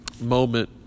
moment